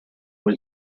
was